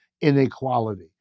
inequality